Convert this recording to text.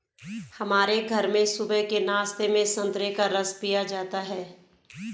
हमारे घर में सुबह के नाश्ते में संतरे का रस पिया जाता है